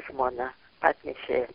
žmona atnešė